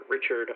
Richard